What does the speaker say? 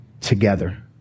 Together